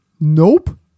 nope